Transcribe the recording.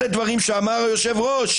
אלה דברים שאמר היושב-ראש.